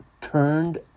turned